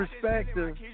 perspective